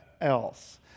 else